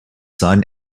son